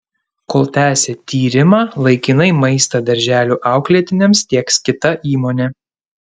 kol tęsia tyrimą laikinai maistą darželių auklėtiniams tieks kita įmonė